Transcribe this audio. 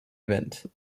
event